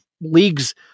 league's